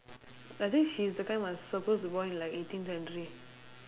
I think she's the kind must supposed to go in like eighteen century